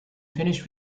finished